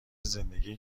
زندگی